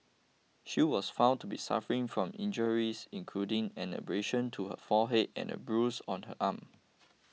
she was found to be suffering from injuries including an abrasion to her forehead and a bruise on her arm